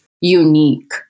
unique